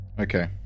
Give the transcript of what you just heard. Okay